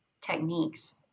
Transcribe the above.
techniques